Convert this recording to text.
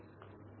B0